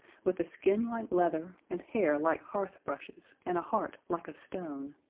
with a skin like leather and hair like hearth brushes and a heart like a stone.